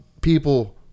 people